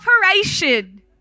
operation